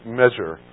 measure